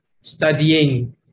studying